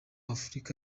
afurika